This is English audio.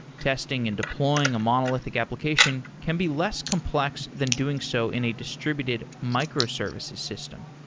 testing and deploying a monol ithic application can be less complex than doing so in a distr ibuted microservices system.